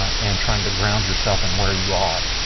and trying to ground yourself and where you are.